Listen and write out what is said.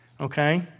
okay